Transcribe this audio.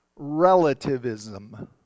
relativism